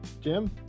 Jim